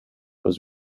was